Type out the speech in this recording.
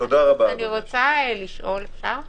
אפשר לשאול משהו?